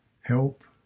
help